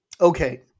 Okay